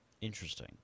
Interesting